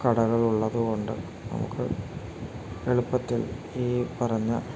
കടകളുള്ളതുകൊണ്ട് നമുക്ക് എളുപ്പത്തിൽ ഈ പറഞ്ഞ